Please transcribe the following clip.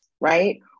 right